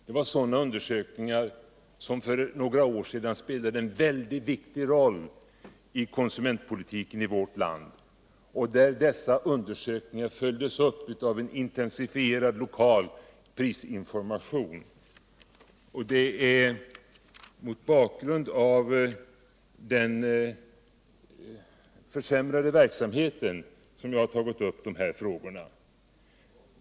Det var sådana undersökningar som för några år sedan spelade en mycket viktig roll i konsumentpolitiken i vårt land. Dessa undersökningar följdes sedan upp av en intensifierad lokal prisinformation. Det är mot bakgrund av den försämrade verksamheten som jag tagit upp dessa frågor.